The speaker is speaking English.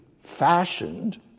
fashioned